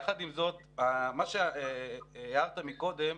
יחד עם זאת מה שהערת מקודם,